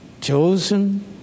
chosen